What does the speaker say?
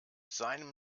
seinem